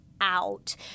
out